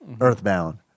Earthbound